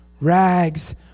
Rags